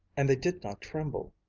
and they did not tremble.